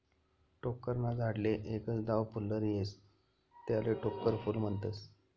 टोक्कर ना झाडले एकच दाव फुल्लर येस त्याले टोक्कर फूल म्हनतस